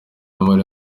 muri